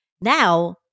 Now